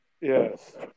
Yes